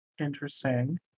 Interesting